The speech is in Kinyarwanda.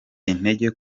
intege